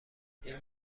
این